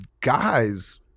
guys